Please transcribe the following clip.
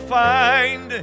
find